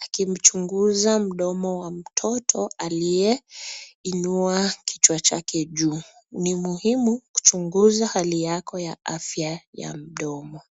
akimchunguza mdomo wa mtoto aliyeinua kichwa chake juu. Ni muhimu kuchunguza hali yako ya afya ya mdomo.